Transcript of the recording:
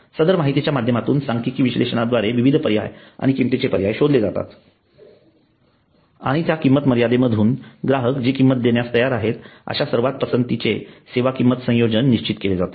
सदर माहितीच्या माध्यमातून सांख्यिकीय विश्लेषणाद्वारे विविध पर्याय आणि किंमतींचे पर्याय शोधले जातात आणि त्या किंमत मर्यादेमधून ग्राहक जी किंमत देण्यास तयार आहेत अश्या सर्वात पसंतीचे सेवा किंमत संयोजन निश्चित केले जाते